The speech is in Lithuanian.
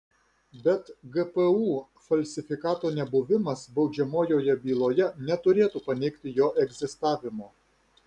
bet gpu falsifikato nebuvimas baudžiamojoje byloje neturėtų paneigti jo egzistavimo